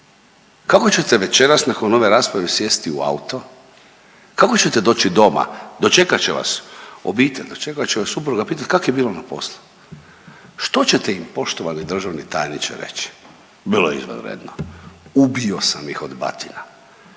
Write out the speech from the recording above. kako ćete večeras nakon ove rasprave sjesti u auto, kako ćete doći doma dočekat će vas obitelj, dočekat će vas supruga pitat kak je bilo na poslu. Što ćete im poštovani državni tajniče reći? Bilo je izvanredno, ubio sam ih od batina.